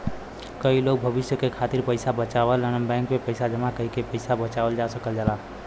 कई लोग भविष्य के खातिर पइसा बचावलन बैंक में पैसा जमा कइके पैसा बचावल जा सकल जाला